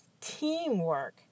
teamwork